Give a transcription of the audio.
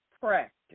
practice